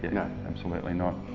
yeah absolutely not.